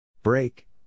Break